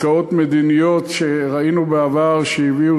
ולהרפתקאות מדיניות שראינו בעבר שהביאו